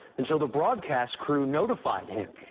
until the broadcast crew notified him.